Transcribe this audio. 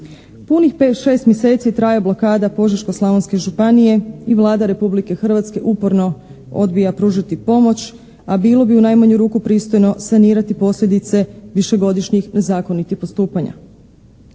Punih pet, šest mjeseci traje blokada Požeško-slavonske županije i Vlada Republike Hrvatske uporno odbija pružiti pomoć, a bilo bi u najmanju ruku pristojno sanirati posljedice višegodišnjih nezakonitih postupanja.